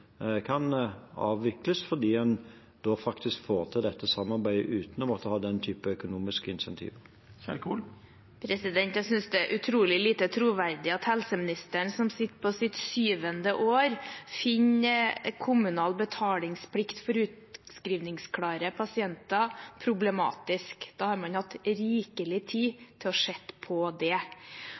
kan avvikles fordi en da faktisk får til dette samarbeidet uten å måtte ha den type økonomisk insentiv. Jeg synes det er utrolig lite troverdig at helseministeren, som sitter i sitt syvende år, finner kommunal betalingsplikt for utskrivningsklare pasienter problematisk. Det har han hatt rikelig tid til å se på.